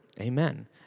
amen